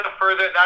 further